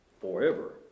forever